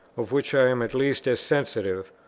of which i am at least as sensitive,